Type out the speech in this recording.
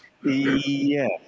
Yes